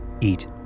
eat